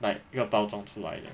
like 一个包装出来的